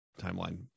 timeline